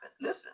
Listen